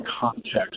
context